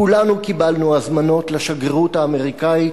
כולנו קיבלנו הזמנות לשגרירות האמריקנית,